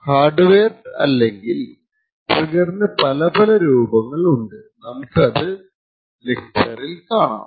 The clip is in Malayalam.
ഹാർഡ് വെയർ അല്ലെങ്കിൽ ട്രിഗ്ഗറിന് പല പല രൂപങ്ങൾ ഉണ്ട് നമ്മുക്ക് അത് ഈ ലെക്ചറിൽ കാണാം